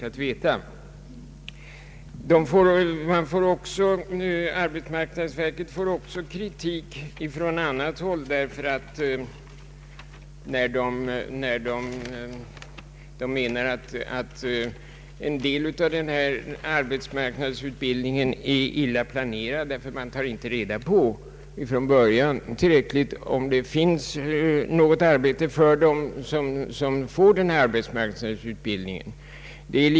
Arbetsmarknadsverket får också kritik från annat håll därför att man menar att en del av denna arbetsmarknadsutbildning är illa planerad. Verket tar inte från början reda på om det finns arbete för dem som får genomgå sådan utbildning.